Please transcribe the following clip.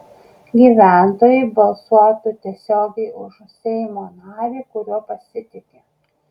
gyventojai balsuotų tiesiogiai už seimo narį kuriuo pasitiki